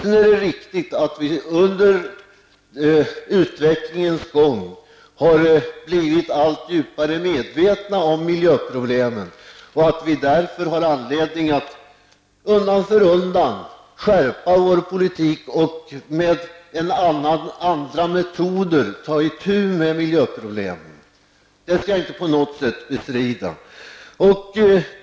Sedan är det riktigt att vi under utvecklingens gång har blivit alltmer medvetna om miljöproblemen och att vi därför har haft anledning att undan för undan skärpa vår politik och ta itu med miljöproblemen med andra metoder -- det skall jag inte på något sätt bestrida.